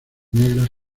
negras